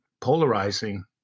polarizing